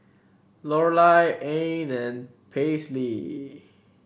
Lorelai Ann and Paisley